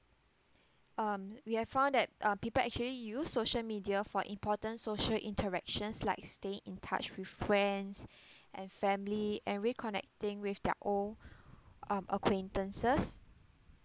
um we have found that uh people actually use social media for important social interactions like stay in touch with friends and family and reconnecting with their old um acquaintances